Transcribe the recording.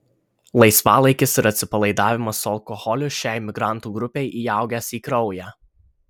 laisvalaikis ir atsipalaidavimas su alkoholiu šiai migrantų grupei įaugęs į kraują